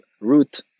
root